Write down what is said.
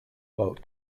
boat